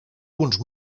punts